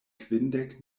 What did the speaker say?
kvindek